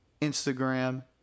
Instagram